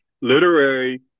literary